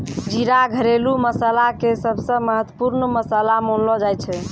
जीरा घरेलू मसाला के सबसॅ महत्वपूर्ण मसाला मानलो जाय छै